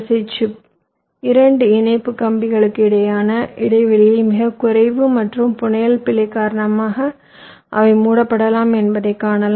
ஐ சிப்பில் 2 இணைப்பு கம்பிகளுக்கு இடையிலான இடைவெளிகள் மிகக் குறைவு மற்றும் புனையல் பிழை காரணமாக அவை மூடப்படலாம் என்பதையும் காணலாம்